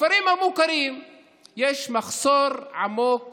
בכפרים המוכרים יש מחסור עמוק